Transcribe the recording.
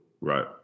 Right